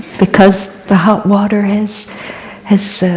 because the hot water has has